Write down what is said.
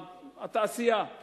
התעשייה.